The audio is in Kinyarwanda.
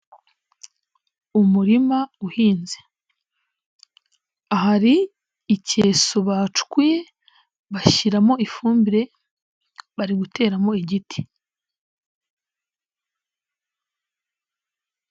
Umurima uhinze ahari ikesu bacukuye bashyiramo ifumbire bari guteramo igiti.